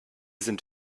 sind